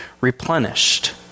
replenished